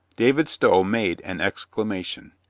david stow made an exclamation.